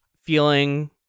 feeling